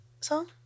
song